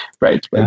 right